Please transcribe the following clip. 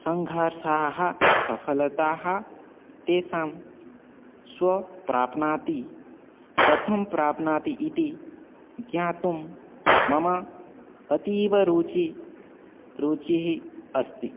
सङ्घार्षाः सफलताः तेषां स्व प्राप्नोति कथं प्राप्नोति इति ज्ञातुं मम अतीव रुचिः रुचिः अस्ति